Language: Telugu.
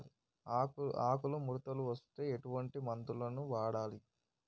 ఆకులు ముడతలు వస్తే ఎటువంటి మందులు వాడాలి?